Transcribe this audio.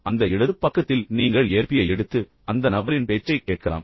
எனவே அந்த இடது பக்கத்தில் நீங்கள் ஏற்பியை எடுத்து அந்த நபரின் பேச்சைக் கேட்கலாம்